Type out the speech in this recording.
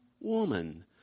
woman